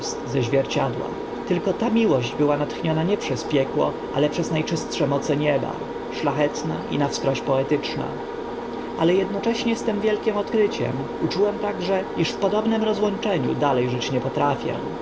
ze zwierciadła tylko ta miłość była natchniona nie przez piekło ale przez na czystsze moce nieba szlachetna i na wskroś poetyczna ale ednocześnie z tym wielkim odkryciem uczułem także iż w podobnym rozłączeniu dale żyć nie potrafię